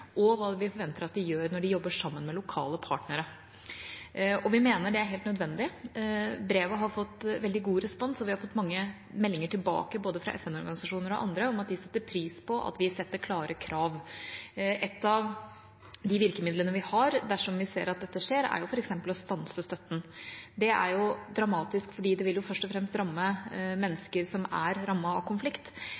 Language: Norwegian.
og hva vi forventer at de gjør når de jobber sammen med lokale partnere. Vi mener det er helt nødvendig. Brevet har fått veldig god respons, og vi har fått mange meldinger tilbake fra både FN-organisasjoner og andre om at de setter pris på at vi setter klare krav. Et av de virkemidlene vi har dersom vi ser at dette skjer, er f.eks. å stanse støtten. Det er dramatisk fordi det jo først og fremst vil ramme